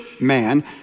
man